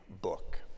book